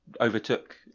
overtook